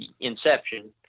inception